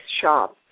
shop